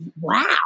wow